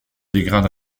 dégrade